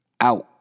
out